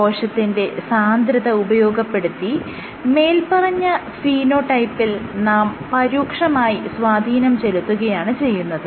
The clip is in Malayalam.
കോശത്തിന്റെ സാന്ദ്രത ഉപയോഗപ്പെടുത്തി മേല്പറഞ്ഞ ഫീനോടൈപ്പിൽ നാം പരോക്ഷമായി സ്വാധീനം ചെലുത്തുകയാണ് ചെയ്യുന്നത്